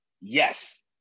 yes